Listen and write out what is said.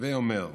הווי אומר,